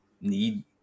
need